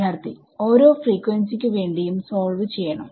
വിദ്യാർത്ഥി ഓരോ ഫ്രീക്വൻസിക്ക് വേണ്ടിയും സോൾവ് ചെയ്യണം